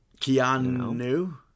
Keanu